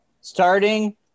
Starting